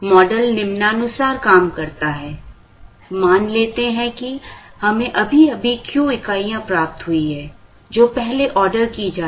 इसलिए मॉडल निम्नानुसार काम करता है मान लेते हैं कि हमें अभी अभी Q इकाइयाँ प्राप्त हुई हैं जो पहले आर्डर की जा चुकी हैं